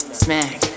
smack